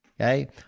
Okay